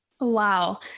Wow